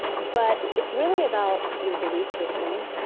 but it's really about your belief system,